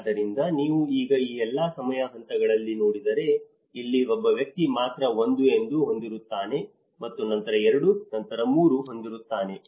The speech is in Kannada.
ಆದ್ದರಿಂದ ನೀವು ಈಗ ಈ ಎಲ್ಲಾ ಸಮಯ ಹಂತಗಳಲ್ಲಿ ನೋಡಿದರೆ ಇಲ್ಲಿ ಒಬ್ಬ ವ್ಯಕ್ತಿ ಮಾತ್ರ 1 ಅನ್ನು ಹೊಂದಿರುತ್ತಾನೆ ಮತ್ತು ನಂತರ 2 ನಂತರ 3 ಹೊಂದಿರುತ್ತಾನೆ